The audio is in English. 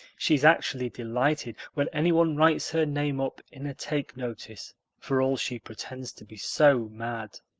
she's actually delighted when anyone writes her name up in a take-notice for all she pretends to be so mad.